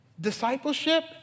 Discipleship